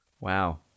Wow